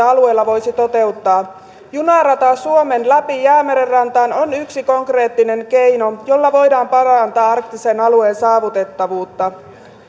alueilla voisi toteuttaa junarata suomen läpi jäämeren rantaan on yksi konkreettinen keino jolla voidaan parantaa arktisen alueen saavutettavuutta